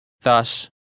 Thus